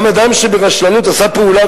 גם אדם שברשלנות עשה פעולה,